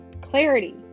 clarity